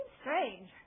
strange